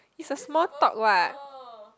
is a small talk what